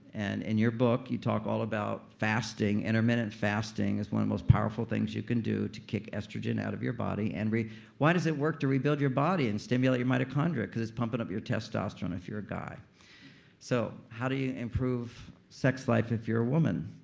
and in your book, you talk all about fasting, intermittent fasting, is one of the most powerful things you can do to kick estrogen out of your body. and why does it work to rebuild your body and stimulate your mitochondria? because it's pumping up your testosterone if you're a guy so how do you improve sex life if you're a woman?